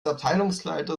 abteilungsleiter